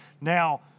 now